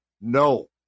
no